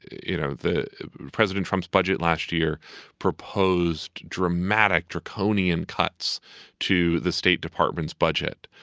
you know, the president trumps budget. last year proposed dramatic draconian cuts to the state department's budget.